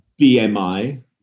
bmi